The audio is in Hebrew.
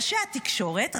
ראשי התקשורת,